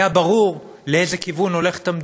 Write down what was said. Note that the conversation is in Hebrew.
היה ברור לאיזה כיוון המדינה הולכת.